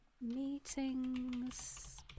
Meetings